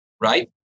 Right